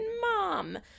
mom